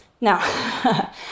Now